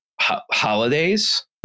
holidays